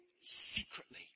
secretly